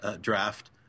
draft